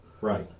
right